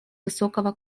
высокого